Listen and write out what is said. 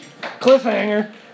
cliffhanger